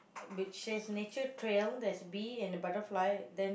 which says nature trail there's bee and butterfly then